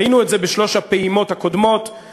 ראינו את זה בשלוש הפעימות הקודמות,